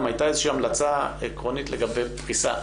גם הייתה איזושהי המלצה עקרונית לגבי תפיסה.